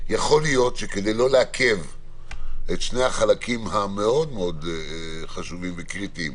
יכול להיות שכדי לא לעכב את שני החלקים המאוד מאוד חשובים וקריטיים,